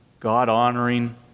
God-honoring